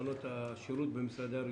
תחנות השרות במשרדי הרישוי,